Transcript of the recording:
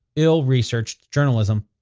ill-researched journalism.